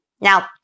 Now